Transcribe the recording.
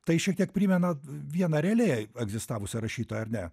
tai šiek tiek primena vieną realiai egzistavusią rašytoją ar ne